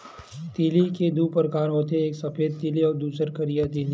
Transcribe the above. तिली के दू परकार होथे एक सफेद तिली अउ दूसर करिया तिली